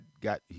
got